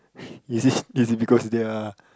is this is it because their